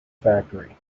factory